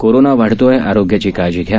corona वाढतोय आरोग्याची काळजी घ्या